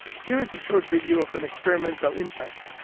here's a short video of an experimental impact.